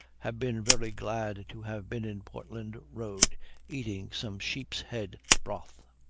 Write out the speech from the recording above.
have been very glad to have been in portland-road, eating some sheep's-head broth.